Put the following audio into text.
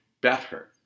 better